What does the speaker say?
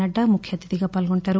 నడ్డా ముఖ్యఅతిథిగా పాల్గొంటారు